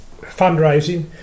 fundraising